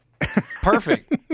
Perfect